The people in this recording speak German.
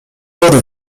wurde